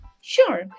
Sure